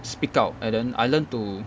speak out and then I learnt to